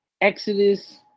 Exodus